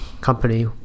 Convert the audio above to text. company